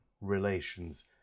relations